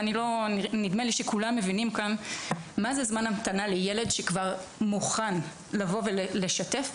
ונדמה לי שכולם מבינים כאן מה זה זמן המתנה לילד שכבר מוכן לבוא ולשתף,